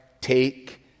take